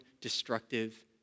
destructive